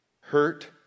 Hurt